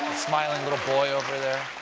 smiling little boy over there.